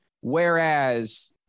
whereas